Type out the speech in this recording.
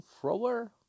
thrower